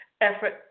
effort